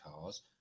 cars